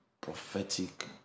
prophetic